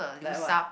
like what